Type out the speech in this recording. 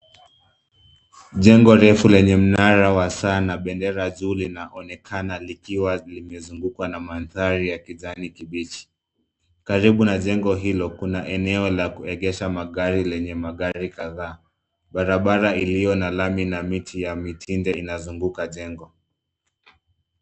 Jengo refu lenye mnara wa saa na bendera juu linaonekana likiwa limezungukwa na mandhari ya kijani kibichi. Karibu na jengo hilo, kuna eneo la kuegeshea magari lenye magari kadhaa. Barabara iliyo na lami na miti ya mitinde inazunguka jengo.